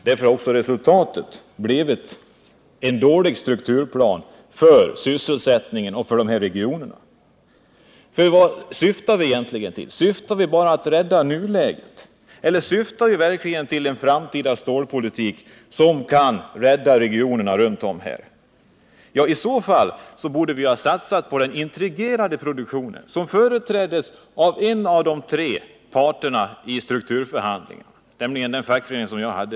Därför har resultatet blivit en dålig strukturplan för sysselsättningen och för de här regionerna. Vad syftar vi egentligen till? Syftar vi bara till en räddning i nuläget? Eller syftar vi verkligen till en framtida stålpolitik, som kan rädda regionerna runt om? I så fall borde vi ha satsat på den integrerade produktionen, som företrädes av en av de tre parterna i strukturförhandlingarna, nämligen den fackförening som jag tillhörde.